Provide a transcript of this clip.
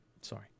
Sorry